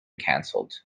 cancelled